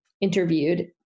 interviewed